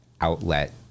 outlet